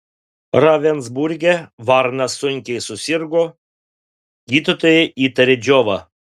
ravensburge varnas sunkiai susirgo gydytojai įtarė džiovą